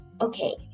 okay